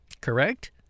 Correct